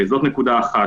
זאת נקודה אחת.